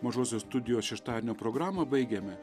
mažosios studijos šeštadienio programą baigiame